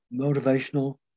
motivational